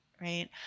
Right